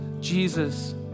Jesus